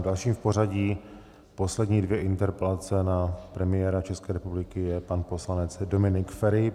Dalším v pořadí, poslední dvě interpelace na premiéra České republiky, je pan poslanec Dominik Feri.